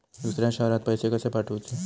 दुसऱ्या शहरात पैसे कसे पाठवूचे?